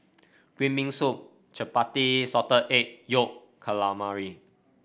Green Bean Soup Chappati Salted Egg Yolk Calamari